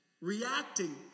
reacting